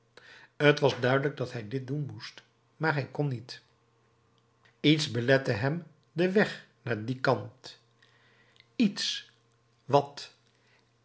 t was duidelijk dat hij dit doen moest maar hij kon niet iets belette hem den weg naar dien kant iets wat